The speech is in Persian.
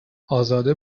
ازاده